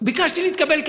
ביקשתי להתקבל כנהג.